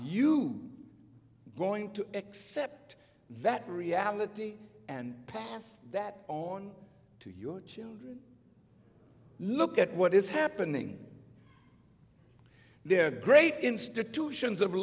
are going to accept that reality and pass that on to your children look at what is happening there are great institutions of